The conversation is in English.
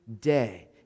day